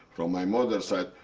from my mother's side,